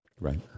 Right